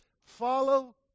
Follow